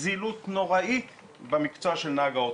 זילות נוראית במקצוע של נהג האוטובוס,